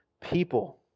people